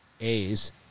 A's